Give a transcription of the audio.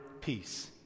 peace